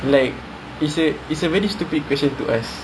like you said it's a very stupid question to ask